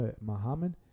Muhammad